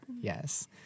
Yes